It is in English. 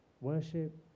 Worship